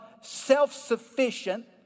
self-sufficient